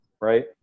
right